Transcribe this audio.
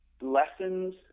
lessons